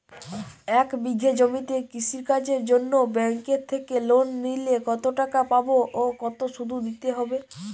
এক বিঘে জমিতে কৃষি কাজের জন্য ব্যাঙ্কের থেকে লোন নিলে কত টাকা পাবো ও কত শুধু দিতে হবে?